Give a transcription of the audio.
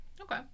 Okay